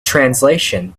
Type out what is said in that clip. translation